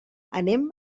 anem